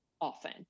often